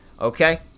Okay